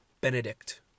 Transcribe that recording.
Benedict